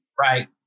right